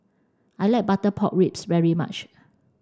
I like butter pork ribs very much